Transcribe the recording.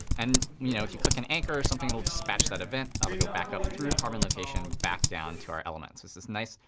and you know if you click on anchor or something, it will dispatch that event. that will go back up through carbon location, back down to our elements. so it's this nice,